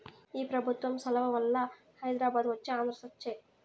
ఈ పెబుత్వం సలవవల్ల హైదరాబాదు వచ్చే ఆంధ్ర సచ్చె